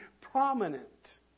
prominent